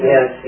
Yes